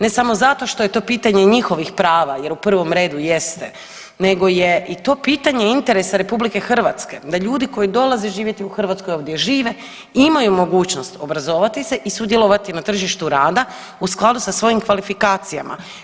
Ne samo zato što je to pitanje njihovih prava jer u prvom redu jeste nego je i to pitanje interesa RH, da ljudi koji dolaze živjeti u Hrvatsku ovdje žive, imaju mogućnost obrazovati se i sudjelovati na tržištu rada u skladu sa svojim kvalifikacijama.